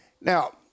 Now